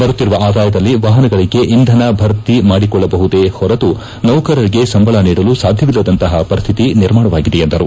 ಬರುತ್ತಿರುವ ಆದಾಯದಲ್ಲಿ ವಾಪನಗಳಿಗೆ ಇಂಧನ ಭರ್ತಿ ಮಾಡಿಕೊಳ್ಳಬಹುದೇ ಹೊರತು ನೌಕರರಿಗೆ ಸಂಬಳ ನೀಡಲು ಸಾಧ್ವವಿಲ್ಲದಂತಪ ಪರಿಸ್ಥಿತಿ ನಿರ್ಮಾಣವಾಗಿದೆ ಎಂದರು